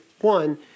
one